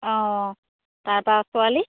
অঁ তাৰপৰা ছোৱালী